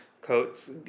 coats